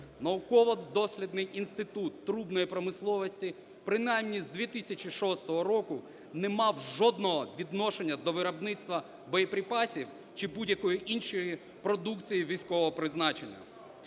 Науково-дослідний інститут трубної промисловості принаймні з 2006 року не мав жодного відношення до виробництва боєприпасів чи будь-якої іншої продукції військового призначення.